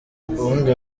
ubundi